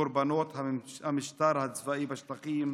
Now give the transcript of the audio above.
קורבנות המשטר הצבאי בשטחים,